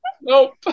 Nope